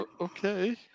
Okay